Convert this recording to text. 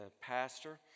pastor